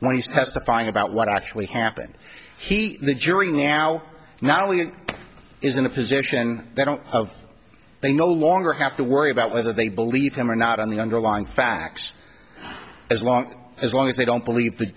when he's testifying about what actually happened he the jury now not only is in a position that don't they no longer have to worry about whether they believe him or not on the underlying facts as long as long as they don't believe that